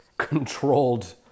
controlled